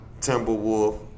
Timberwolf